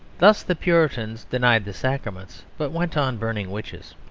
thus the puritans denied the sacraments, but went on burning witches.